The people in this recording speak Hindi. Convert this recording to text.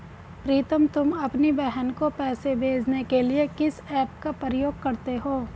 प्रीतम तुम अपनी बहन को पैसे भेजने के लिए किस ऐप का प्रयोग करते हो?